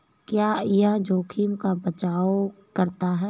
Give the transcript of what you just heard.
क्या यह जोखिम का बचाओ करता है?